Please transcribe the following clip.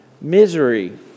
misery